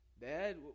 Dad